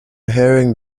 hearing